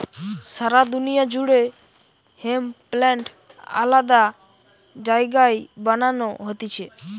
সারা দুনিয়া জুড়ে hemp plant আলাদা জায়গায় বানানো হতিছে